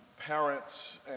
parents